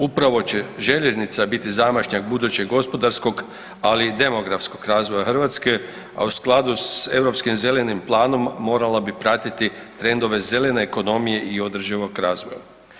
Upravo će željeznica biti zamašnjak budućeg gospodarskog ali i demografskog razvoja Hrvatske a u skladu sa europskim zelenim planom, morala bi pratiti trendove zelene ekonomije i održivog razvoja.